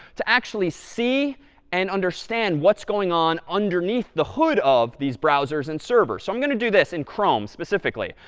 to actually see and understand what's going on underneath the hood of these browsers and servers. so i'm going to do this in chrome, specifically.